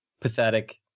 Pathetic